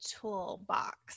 toolbox